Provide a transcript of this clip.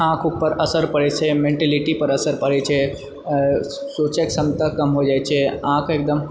आँख उँख पर असर पड़ैत छै मेंटिलिटी पर असर पड़ैत छै आ सोचयकऽ क्षमता कम हो जाय छै आँख एगदम